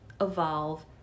evolve